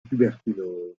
tuberculose